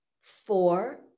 Four